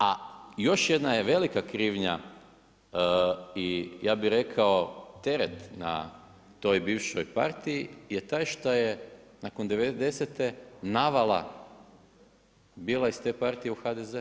A još jedna je velika krivnja i ja bi rekao teret na toj bivšoj partiji je taj šta je nakon devedesete navala bila iz te partije u HDZ.